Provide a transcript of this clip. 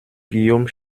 guillaume